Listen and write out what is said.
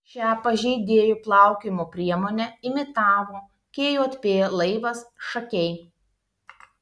šią pažeidėjų plaukiojimo priemonę imitavo kjp laivas šakiai